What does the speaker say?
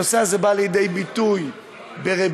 הנושא הזה בא לידי ביטוי בריביות,